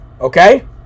okay